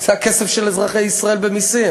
זה הכסף של אזרחי ישראל במסים.